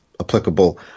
applicable